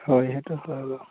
হয় সেইটো হয় বাৰু